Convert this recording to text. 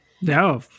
No